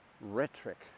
Rhetoric